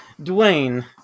Dwayne